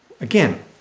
again